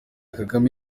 kagame